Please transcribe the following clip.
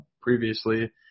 previously